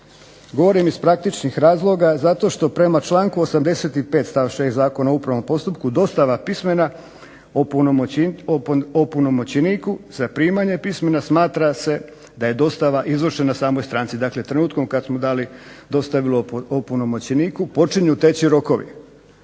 Govorim iz praktičnih razloga zato što prema članku 85. stavak 6. Zakona o upravnom postupku dostava pismena opunomoćeniku za primanje pismena smatra se da je dostava izvršena samoj stranci. Dakle, trenutkom kad smo dostavili opunomoćeniku počinju teći rokovi